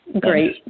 Great